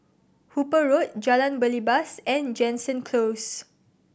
Hooper Road Jalan Belibas and Jansen Close